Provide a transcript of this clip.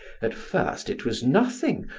at first it was nothing,